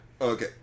Okay